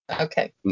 okay